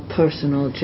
personal